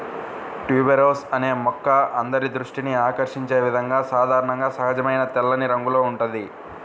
tuberose అనే మొక్క అందరి దృష్టిని ఆకర్షించే విధంగా సాధారణంగా సహజమైన తెల్లని రంగులో ఉంటుంది